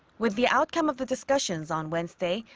with the outcome of the discussions on wednesday,